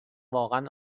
واقعا